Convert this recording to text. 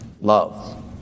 love